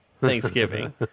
Thanksgiving